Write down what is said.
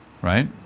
right